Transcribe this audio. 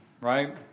right